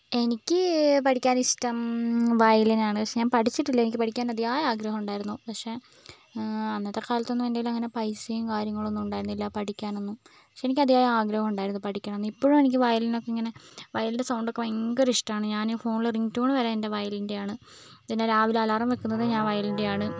എനിക്ക് പഠിക്കാനിഷ്ടം വയലിൻ ആണ് പക്ഷേ ഞാൻ പഠിച്ചിട്ടില്ല എനിക്ക് പഠിക്കാൻ അതിയായ ആഗ്രഹം ഉണ്ടായിരുന്നു പക്ഷേ അന്നത്തെ കാലത്തൊന്നും എൻ്റെ കൈയ്യിലങ്ങനെ പൈസയും കാര്യങ്ങളൊന്നും ഉണ്ടായിരുന്നില്ല പഠിക്കാനൊന്നും പക്ഷേ എനിക്കതിയായ ആഗ്രഹമുണ്ടായിരുന്നു പഠിക്കണം എന്ന് ഇപ്പോഴും എനിക്ക് വയലിൻ ഒക്കെ ഇങ്ങനെ വയലിൻ്റെ സൗണ്ട് ഒക്കെ ഭയങ്കര ഇഷ്ടമാണ് ഞാൻ ഫോണിൽ റിംഗ്ടോൺ വരെ എൻ്റെ വയലിൻ്റെയാണ് പിന്നെ രാവിലെ അലാറം വയ്ക്കുന്നതും ഞാൻ വയലിൻ്റെയാണ്